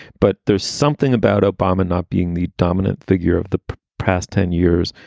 but there's something about obama not being the dominant figure of the past ten years.